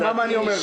והיא החליטה להמליץ